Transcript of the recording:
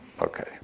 okay